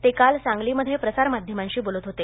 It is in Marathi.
ते काल सांगलीमध्ये प्रसार माध्यमांशी बोलत होते